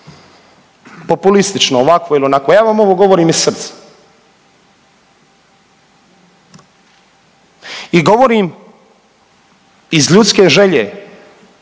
populistično ovako ili onako, ja vam ovo govorim iz srca i govorim iz ljudske želje